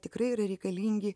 tikrai yra reikalingi